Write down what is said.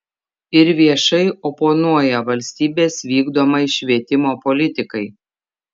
ir viešai oponuoja valstybės vykdomai švietimo politikai